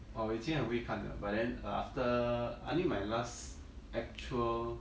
我以前很会看的 but then err after I mean my last actual